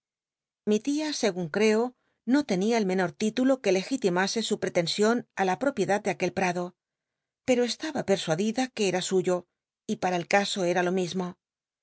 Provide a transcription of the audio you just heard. mi edad iii tüi segun creo no tenia el menor titulo que legitimase su pretension i la propiedad de aquel pado pero estaba persuadida que era suyo y para el caso cm lo mismo